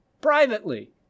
privately